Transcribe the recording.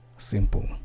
Simple